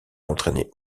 entrainé